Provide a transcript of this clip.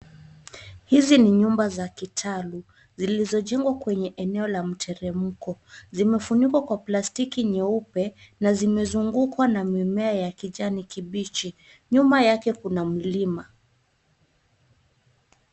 Hizo ni jumba za kitalu zilizojengwa kwa eneo la mteremko. Zimefunikwa Kwa plastiki nyeupe na zimezungukwa na mimea ya kijani kibichi. Nyuma yake kuna mlima.